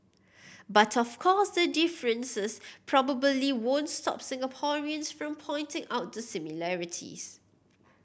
but of course the differences probably won't stop Singaporeans from pointing out the similarities